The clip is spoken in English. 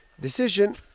Decision